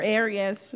areas